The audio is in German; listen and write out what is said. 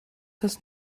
das